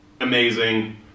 amazing